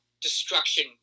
destruction